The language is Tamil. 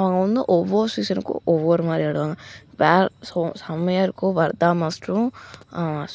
அவங்க வந்து ஒவ்வொரு சீசனுக்கும் ஒவ்வொரு மாதிரி ஆடுவாங்க வேறு சோ செம்மையா இருக்கும் வரதா மாஸ்ட்ரும்